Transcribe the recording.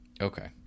Okay